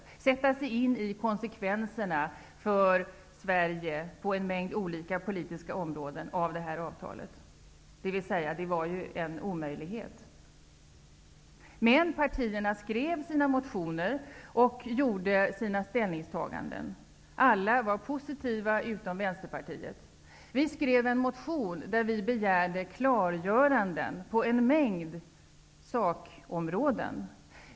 Man skulle sätta sig in i avtalets konsekvenser för Sverige på en mängd olika politiska områden. Det var ju en omöjlighet. Men partierna skrev sina motioner och gjorde sina ställningstaganden. Alla var positiva utom Vänsterpartiet. Vi skrev en motion där vi begärde klargöranden på en mängd sakområden.